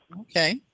Okay